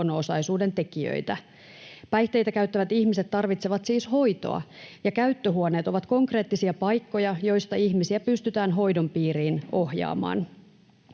tekijöitä. Päihteitä käyttävät ihmiset tarvitsevat siis hoitoa, ja käyttöhuoneet ovat konkreettisia paikkoja, joista ihmisiä pystytään hoidon piiriin ohjaamaan.